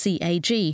CAG